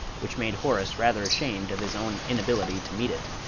which made horace rather ashamed of his own inability to meet it.